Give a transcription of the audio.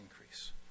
increase